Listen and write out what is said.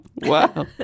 Wow